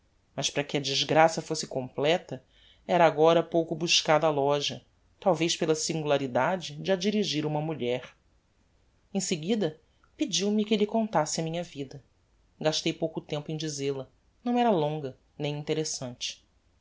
mas para que a desgraça fosse completa era agora pouco buscada a loja talvez pela singularidade de a dirigir uma mulher em seguida pediu-me que lhe contasse a minha vida gastei pouco tempo em dizer lla não era longa nem interessante